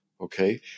Okay